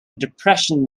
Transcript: depression